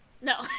No